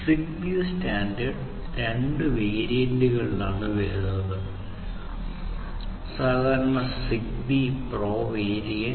Zigbee standard രണ്ട് വേരിയന്റുകളിലാണ് വരുന്നത് സാധാരണ സിഗ്ബീ പ്രോ വേരിയന്റ്